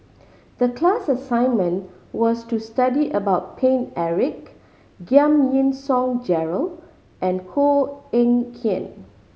the class assignment was to study about Paine Eric Giam Yean Song Gerald and Koh Eng Kian